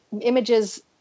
images